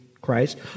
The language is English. Christ